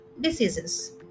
diseases